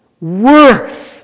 worth